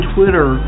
Twitter